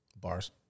Bars